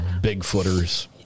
bigfooters